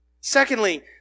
Secondly